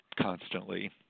constantly